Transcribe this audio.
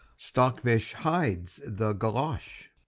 stockfish hides the golosh.